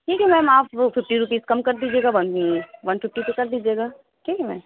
ٹھیک ہے میم آپ وہ ففٹی روپیز کم کر دیجیے گا ون ون ففٹی تو کر دیجیے گا ٹھیک ہے میں